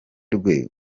rwe